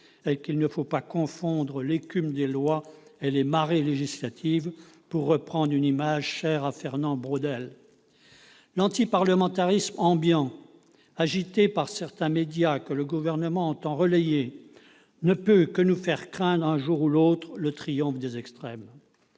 et qu'il ne faut pas confondre l'écume des lois et les marées législatives, pour reprendre une image chère à Fernand Braudel. L'antiparlementarisme ambiant agité par certains médias et que le Gouvernement entend relayer ne peut que nous faire craindre un jour ou l'autre le triomphe des extrêmes.